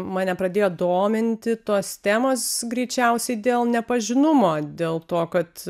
mane pradėjo dominti tos temos greičiausiai dėl nepažinumo dėl to kad